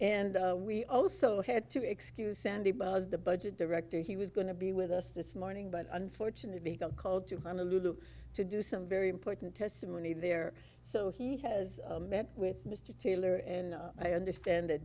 and we also had to excuse sandy buzz the budget director he was going to be with us this morning but unfortunately got called to honolulu to do some very important testimony there so he has met with mr taylor and i understand that